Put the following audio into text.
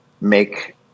make